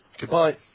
Goodbye